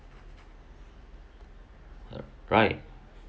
right